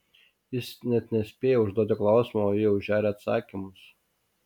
jis net nespėja užduoti klausimo o ji jau žeria atsakymus